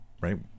right